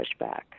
pushback